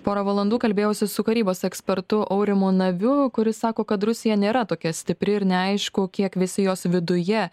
pora valandų kalbėjausi su karybos ekspertu aurimu naviu kuris sako kad rusija nėra tokia stipri ir neaišku kiek visi jos viduje